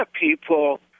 people